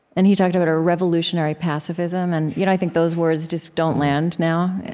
and he talked about a revolutionary pacifism, and you know i think those words just don't land now.